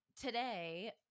Today